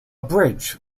bridge